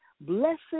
Blessed